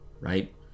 right